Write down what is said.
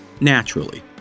naturally